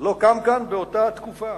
לא קם כאן באותה תקופה.